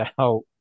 out